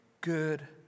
good